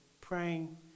praying